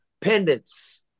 pendants